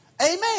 Amen